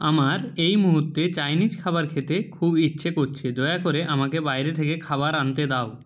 আমার এই মুহুত্তে চাইনিজ খাবার খেতে খুব ইচ্ছে করছে দয়া করে আমাকে বাইরে থেকে খাবার আনতে দাও